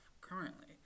currently